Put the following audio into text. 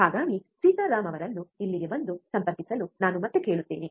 ಹಾಗಾಗಿ ಸೀತಾರಾಮ್ ಅವರನ್ನು ಇಲ್ಲಿಗೆ ಬಂದು ಸಂಪರ್ಕಿಸಲು ನಾನು ಮತ್ತೆ ಕೇಳುತ್ತೇನೆ